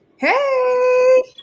Hey